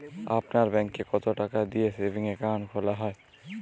আপনার ব্যাংকে কতো টাকা দিয়ে সেভিংস অ্যাকাউন্ট খোলা হয়?